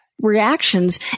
reactions